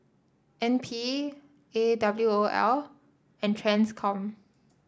N P A W O L and Transcom